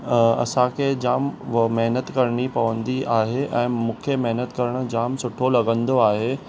अ असांखे व जाम महिनत करणी पवंदी आहे ऐं मूंखे महिनत करण जाम सुठो लॻंदो आहे